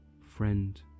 friend